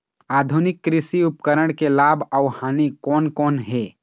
आधुनिक कृषि उपकरण के लाभ अऊ हानि कोन कोन हे?